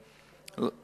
אתה